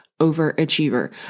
overachiever